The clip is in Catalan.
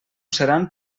seran